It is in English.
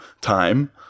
time